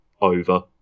over